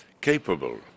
capable